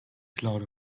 cloud